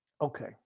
Okay